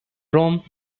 rome